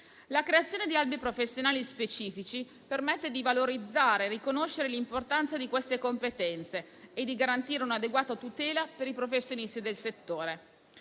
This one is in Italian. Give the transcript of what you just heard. La creazione di albi professionali specifici permette di valorizzare e riconoscere l'importanza di queste competenze e di garantire un'adeguata tutela per i professionisti del settore.